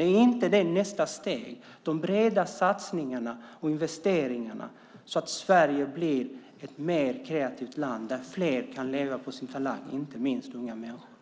inte blivit de breda satsningarna och investeringarna så att Sverige kan bli ett mer kreativt land där fler kan leva på sin talang, inte minst unga människor.